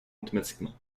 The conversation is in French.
automatiquement